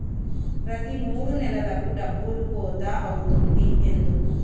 ప్రతి మూడు నెలలకు డబ్బులు కోత అవుతుంది ఎందుకు?